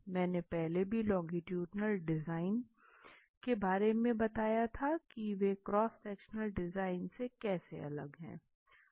मैंने पहले भी लोंगीटुडनल डिज़ाइन के बारे में बताया था की वे क्रॉस सेक्शनल डिज़ाइन से कैसे अलग है